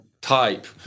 type